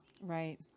Right